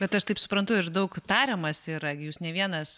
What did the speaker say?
bet aš taip suprantu ir daug tariamasi yra gi jūs ne vienas